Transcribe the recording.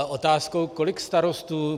Otázka: Kolik starostů